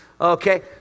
Okay